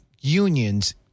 unions